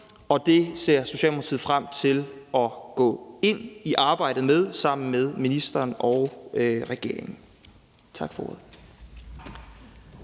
Det ser Socialdemokratiet frem til at gå ind i arbejdet med sammen med ministeren og regeringen. Tak for ordet.